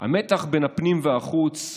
המתח בין הפנים והחוץ,